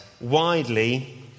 widely